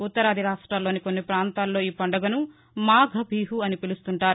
ఉత్తరాది రాష్ట్రాల్లోని కొన్ని పాంతాల్లో ఈ పండుగను మాఘ బీహు అని పిలుస్తుంటారు